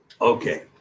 Okay